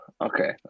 okay